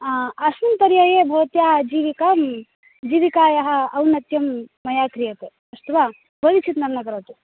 अस्मिन् पर्याये भवत्याः जीविकां जीविकायाः औन्नत्यं मया क्रियते अस्तु वा चिन्तां न करोतु